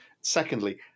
Secondly